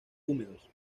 húmedos